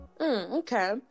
Okay